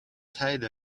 tied